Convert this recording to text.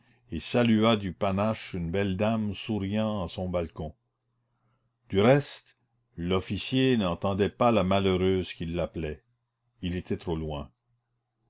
et saluait du panache une belle dame souriant à son balcon du reste l'officier n'entendait pas la malheureuse qui l'appelait il était trop loin